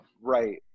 Right